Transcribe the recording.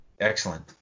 Excellent